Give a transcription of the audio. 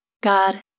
God